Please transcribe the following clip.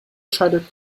schadet